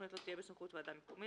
התכנית לא תהיה בסמכות ועדה מקומית,